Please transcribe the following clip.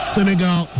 Senegal